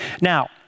Now